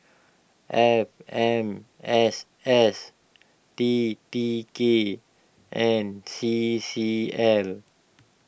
F M S S T T K and C C L